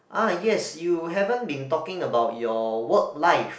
ah yes you haven't been talking about your work life